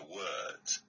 words